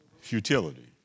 Futility